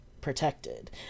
protected